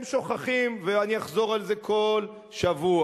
הם שוכחים, ואני אחזור על זה כל שבוע,